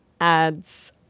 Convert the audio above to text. adds